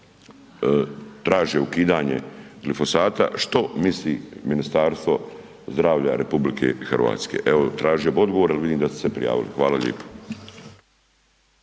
traže ukidanje glifosata, što misli Ministarstvo zdravlja RH? Evo, tražio bi odgovor jel vidim da ste se prijavili. Hvala lijepo.